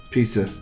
Pizza